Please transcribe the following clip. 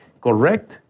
correct